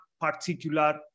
particular